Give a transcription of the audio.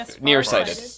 nearsighted